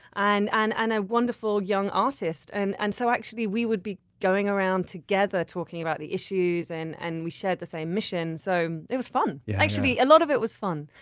and and and a wonderful young artist. and and so we would be going around together talking about the issues and and we shared the same mission, so it was fun. yeah actually, a lot of it was fun.